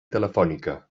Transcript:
telefònica